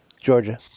Georgia